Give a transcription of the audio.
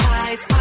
eyes